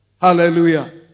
Hallelujah